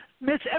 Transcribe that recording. Miss